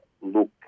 look